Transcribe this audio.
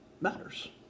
matters